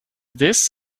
this